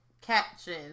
caption